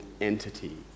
entity